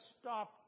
stop